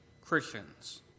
Christians